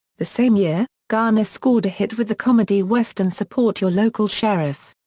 the same year, garner scored a hit with the comedy western support your local sheriff!